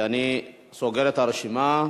אני סוגר את הרשימה.